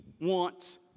wants